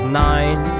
nine